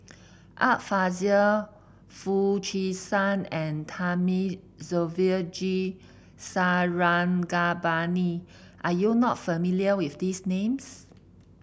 Art Fazil Foo Chee San and Thamizhavel G Sarangapani are you not familiar with these names